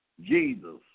Jesus